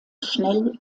schnell